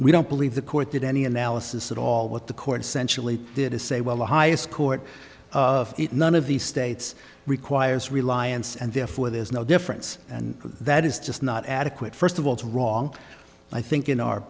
we don't believe the court did any analysis at all what the court essentially did is say well the highest court of it none of these states requires reliance and therefore there's no difference and that is just not adequate first of all it's wrong i think in our